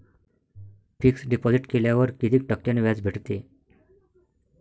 Fix deposit केल्यावर कितीक टक्क्यान व्याज भेटते?